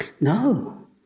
No